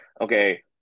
okay